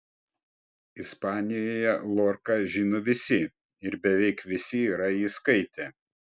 ispanijoje lorką žino visi ir beveik visi yra jį skaitę